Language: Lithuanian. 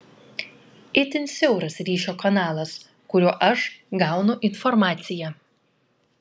itin siauras ryšio kanalas kuriuo aš gaunu informaciją